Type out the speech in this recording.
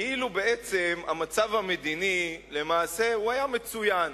כאילו בעצם המצב המדיני למעשה היה מצוין.